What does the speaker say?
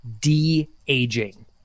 De-aging